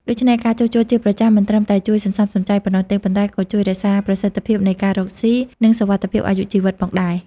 ដូច្នេះ ការជួសជុលជាប្រចាំមិនត្រឹមតែជួយសន្សំសំចៃប៉ុណ្ណោះទេ ប៉ុន្តែក៏ជួយរក្សាប្រសិទ្ធភាពនៃការរកស៊ី និងសុវត្ថិភាពអាយុជីវិតផងដែរ។